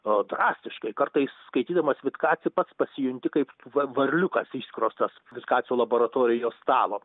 a drastiškai kartais skaitydamas vitkacų pats pasijunti kaip va varliukas išskrostas vitkacio laboratorijos stalo